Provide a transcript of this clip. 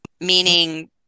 meaning